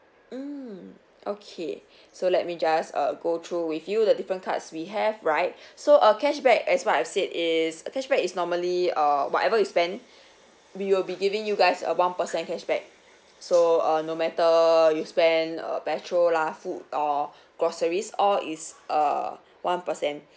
mm okay so let me just uh go through with you the different cards we have right so a cashback as what I said is a cashback is normally uh whatever you spent we will be giving you guys a one percent cashback so uh no matter you spent uh petrol lah food or groceries all is uh one percent